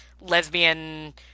lesbian